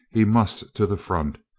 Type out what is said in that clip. he must to the front!